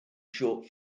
short